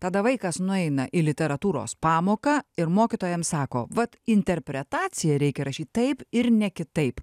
tada vaikas nueina į literatūros pamoką ir mokytojams sako vat interpretaciją reikia rašyt taip ir ne kitaip